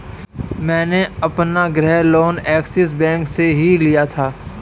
मैंने अपना गृह लोन ऐक्सिस बैंक से ही लिया था